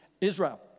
Israel